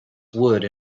wood